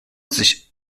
sich